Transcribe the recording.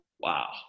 wow